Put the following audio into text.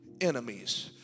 enemies